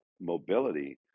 mobility